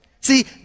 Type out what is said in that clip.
See